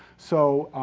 so,